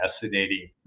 fascinating